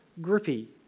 grippy